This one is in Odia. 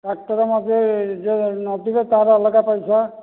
ଟ୍ରାକ୍ଟର ମାନେ ଯେଉଁ ନଦିବ ତାର ଅଲଗା ପଇସା